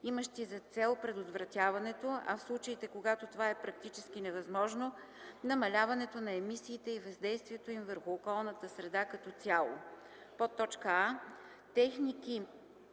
имащи за цел предотвратяването, а в случаите, когато това е практически невъзможно – намаляването на емисиите и въздействието им върху околната среда като цяло: